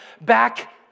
back